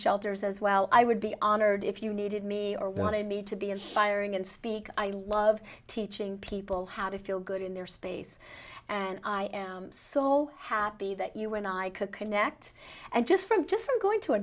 shelters as well i would be honored if you needed me or wanted me to be inspiring and speak i love teaching people how to feel good in their space and i am so happy that you and i could connect and just from just from going to a